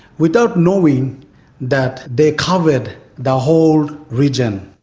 without knowing that they covered the whole region.